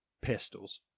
Pistols